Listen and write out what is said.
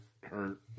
hurt